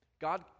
God